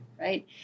right